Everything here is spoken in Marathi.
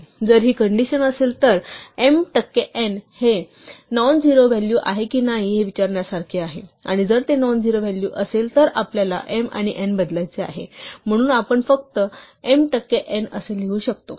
जर ही कंडिशन असेल तर m टक्के n हे नॉनझिरो व्हॅल्यू आहे की नाही हे विचारण्यासारखे आहे आणि जर ते नॉनझिरो व्हॅल्यू असेल तर आपल्याला m आणि n बदलायचे आहे म्हणून आपण फक्त m टक्के n असे लिहू शकतो